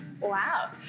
Wow